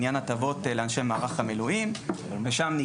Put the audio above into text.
בעניין הטבות לאנשי מערך המילואים.